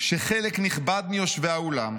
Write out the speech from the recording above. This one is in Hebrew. שחלק נכבד מיושבי האולם,